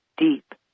deep